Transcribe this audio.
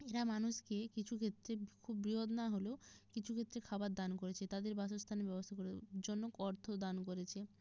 এরা মানুষকে কিছু ক্ষেত্রে খুব বৃহৎ না হলেও কিছু ক্ষেত্রে খাবার দান করেছে তাদের বাসস্থানের ব্যবস্থা করে জন্য অর্থ দান করেছে